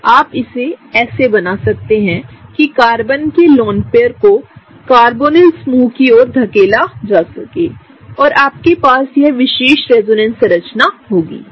आप इसे ऐसे बना सकते हैं कि कार्बन के लोन पेयर कोकार्बोनिल समूह कीओर धकेला जा सके और आपके पास यह विशेष रेजोनेंस संरचना होगी सही